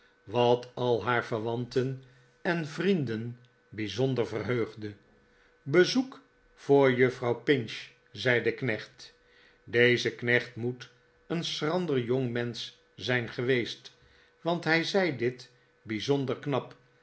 wat al haar verwanten en vrienden bijzonder verheugde t bezoek voor juffrouw pinch zei de knecht deze knecht moet een schrander jong mensch zijn geweest want hij zei dit bijzonder knap